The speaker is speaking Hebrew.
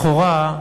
לכאורה,